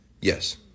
Yes